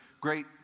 great